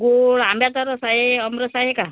गोड आंब्याचा रस आहे आमरस आहे का